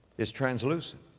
it's translucent.